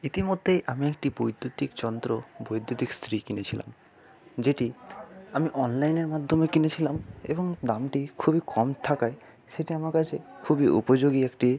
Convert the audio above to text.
ইতিমদ্যেই আমি একটি বৈদ্যুতিক যন্ত্র বৈদ্যুতিক ইস্ত্রি কিনেছিলাম যেটি আমি অনলাইনের মাধ্যমে কিনেছিলাম এবং দামটি খুবই কম থাকায় সেটা আমার কাছে খুবই উপযোগী একটি